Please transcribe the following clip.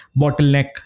bottleneck